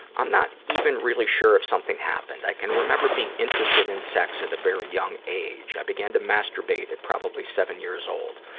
i'm not even really sure if something happened. i can remember being interested in sex at a very young age. i began to masturbate at probably seven years old.